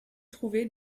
trouvé